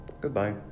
goodbye